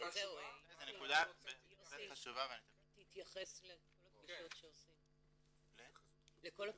יוסי, תתייחס לכל הפגישות שעושים במוסדות.